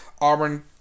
Auburn